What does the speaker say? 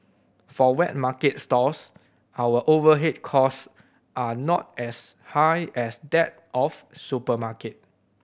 for wet market stalls our overhead cost are not as high as that of supermarket